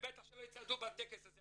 ובטח שלא יצעדו בטקס הזה.